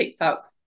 TikToks